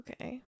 okay